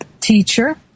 teacher